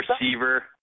receiver